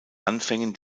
anfängen